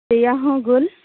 ᱫᱮᱭᱟ ᱦᱚᱸ ᱜᱳᱞ